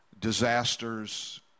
disasters